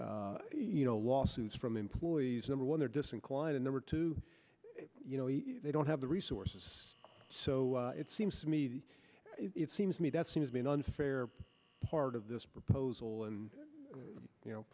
you know lawsuits from employees number one they're disinclined a number two you know they don't have the resources so it seems to me it seems to me that seems to be an unfair part of this proposal and you know